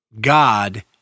God